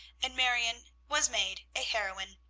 and marion was made a heroine.